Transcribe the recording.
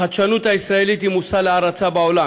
והחדשנות הישראלית היא מושא להערצה בעולם.